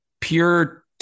pure